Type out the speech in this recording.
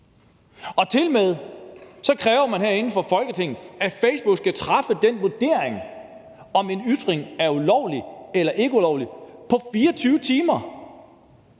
og tilmed kræver man herinde i Folketinget, at Facebook skal foretage den vurdering af, om en ytring er ulovlig eller ikke er ulovlig, på 24 timer.